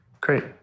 great